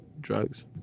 drugs